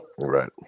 Right